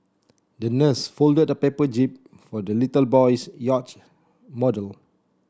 the nurse folded a paper jib for the little boy's yacht model